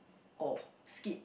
or skip